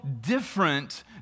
different